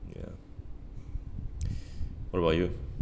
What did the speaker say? ya what about you